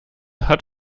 hat